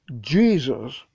Jesus